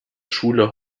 schule